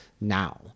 now